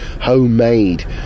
homemade